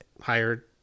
hired